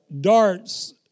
darts